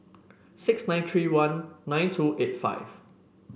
six nine three one nine two eight five